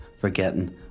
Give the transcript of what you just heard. forgetting